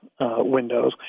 windows